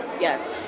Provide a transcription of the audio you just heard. Yes